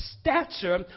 stature